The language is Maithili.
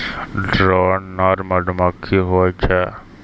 ड्रोन नर मधुमक्खी होय छै